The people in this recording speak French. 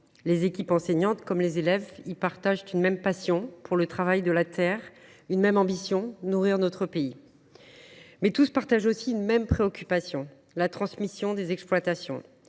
Les équipes enseignantes et les élèves y partagent une même passion pour le travail de la terre et une même ambition, celle de nourrir notre pays. Tous partagent aussi une même préoccupation : la transmission des exploitations.